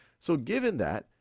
so given that,